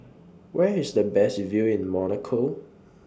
Where IS The Best View in Monaco